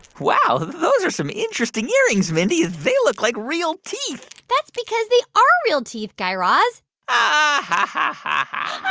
wow, those are some interesting earrings, mindy. they look like real teeth that's because they are real teeth, guy raz um ah